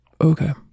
Okay